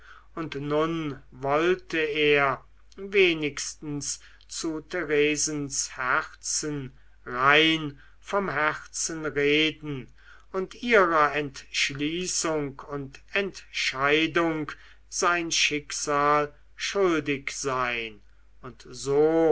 und nun wollte er wenigstens zu theresens herzen rein vom herzen reden und ihrer entschließung und entscheidung sein schicksal schuldig sein und so